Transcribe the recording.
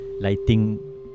Lighting